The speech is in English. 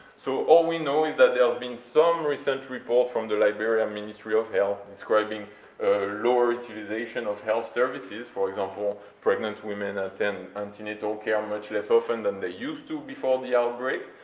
so all we know is that there has been some recent report from the liberia ministry of health describing lower utilization of health services, for example, pregnant women attend um and natal care much less often than they used to before the outbreak,